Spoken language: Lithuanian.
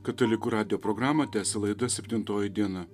katalikų radijo programą tęsia laida septintoji diena